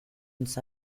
uns